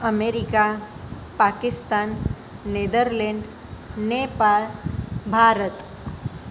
America Pakistan Netherland Nepal Bharat